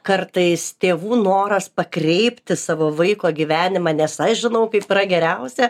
kartais tėvų noras pakreipti savo vaiko gyvenimą nes aš žinau kaip yra geriausia